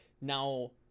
now